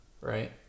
right